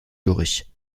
durch